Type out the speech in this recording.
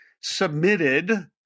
submitted